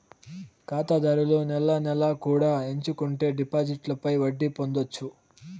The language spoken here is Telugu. ఖాతాదారులు నెల నెలా కూడా ఎంచుకుంటే డిపాజిట్లపై వడ్డీ పొందొచ్చు